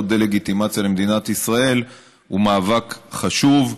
דה-לגיטימציה למדינת ישראל הוא מאבק חשוב,